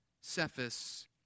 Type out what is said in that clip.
Cephas